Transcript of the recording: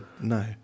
no